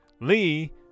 Lee